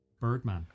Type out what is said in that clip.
Birdman